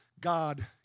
God